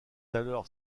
alors